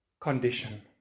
condition